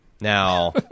Now